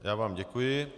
Já vám děkuji.